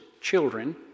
children